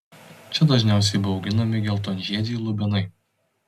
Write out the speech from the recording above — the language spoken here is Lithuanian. čia dažniausiai buvo auginami geltonžiedžiai lubinai